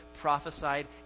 prophesied